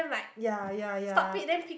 ya ya ya